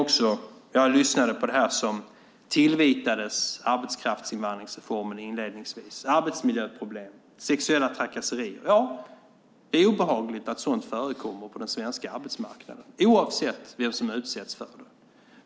Jag lyssnade på det som inledningsvis tillvitades arbetskraftsinvandringsreformen, det vill säga arbetsmiljöproblem och sexuella trakasserier. Det är obehagligt att sådant förekommer på den svenska arbetsmarknaden oavsett vem som utsätts för det.